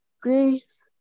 Greece